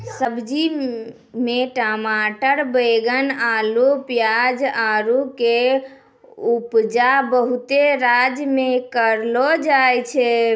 सब्जी मे टमाटर बैगन अल्लू पियाज आरु के उपजा बहुते राज्य मे करलो जाय छै